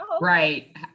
Right